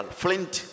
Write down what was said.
flint